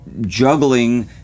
juggling